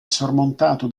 sormontato